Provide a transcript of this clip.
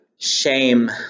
shame